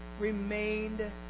remained